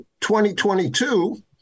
2022